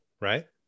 right